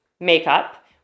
makeup